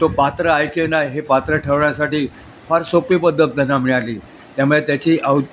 तो पात्र आहे की नाही हे पात्र ठेवण्यासाठी फार सोपे पद्धत त्यांना मिळाली त्यामुळे त्याची अव